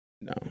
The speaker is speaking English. No